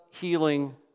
healing